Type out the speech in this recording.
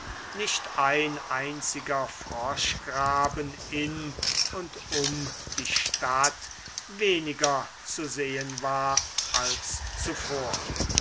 nicht ein einziger froschgraben in und um die stadt weniger zu sehen war als zuvor